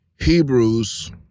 Hebrews